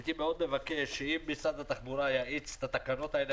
הייתי מאוד מבקש שאם משרד התחבורה יאיץ את התקנות האלה,